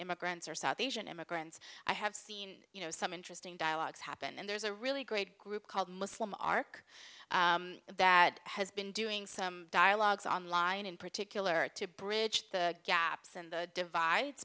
immigrants or south asian immigrants i have seen you know some interesting dialogues happen and there's a really great group called muslim arc that has been doing some dialogues online in particular to bridge the gaps and the divide